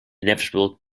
inevitable